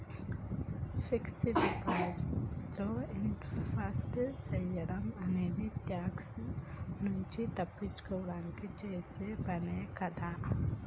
fixed deposit లో invest సేయడం అనేది ట్యాక్స్ నుంచి తప్పించుకోడానికి చేసే పనే కదా